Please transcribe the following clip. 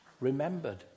remembered